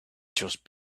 just